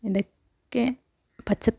ഇതൊക്കെ പച്ച